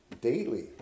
daily